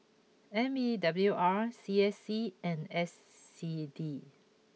M E W R C S C and S C D